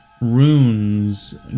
Runes